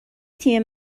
تیم